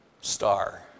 star